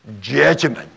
judgment